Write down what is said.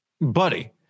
buddy